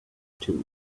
two